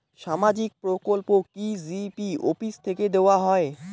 সামাজিক প্রকল্প কি জি.পি অফিস থেকে দেওয়া হয়?